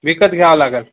विकत घ्यावं लागेल